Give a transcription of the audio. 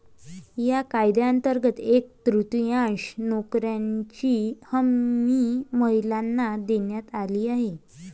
या कायद्यांतर्गत एक तृतीयांश नोकऱ्यांची हमी महिलांना देण्यात आली आहे